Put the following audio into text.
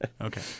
Okay